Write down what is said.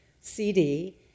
CD